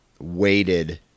weighted